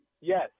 Yes